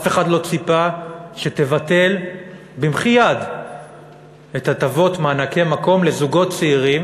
אף אחד לא ציפה שתבטל במחי יד את הטבות מענקי מקום לזוגות צעירים